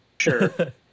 Sure